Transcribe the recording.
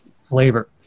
flavor